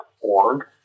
org